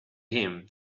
him